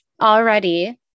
already